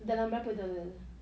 dalam berapa dolar